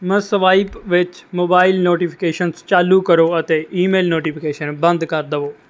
ਮਸਵਾਇਪ ਵਿੱਚ mobile notifications ਚਾਲੂ ਕਰੋ ਅਤੇ ਈ ਮੇਲ ਨੋਟੀਫਿਕੇਸ਼ਨ ਬੰਦ ਕਰ ਦਵੋ